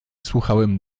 słuchałem